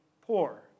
poor